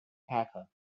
packer